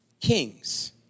kings